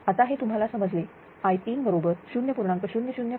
आता हे तुम्हाला समजले i3 बरोबर 0